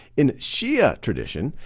in shia tradition,